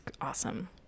Awesome